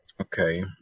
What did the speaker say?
Okay